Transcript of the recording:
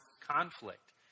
conflict